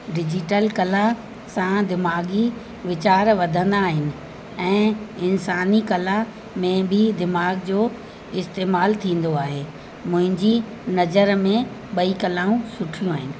digital कला सां दिमाग़ी वीचार वधंदा आहिनि ऐं इंसानी कला में बि दिमाग़ जो इस्तेमालु थींदो आहे मुंहिंजी नज़र में ॿई कला सुठियूं आहिनि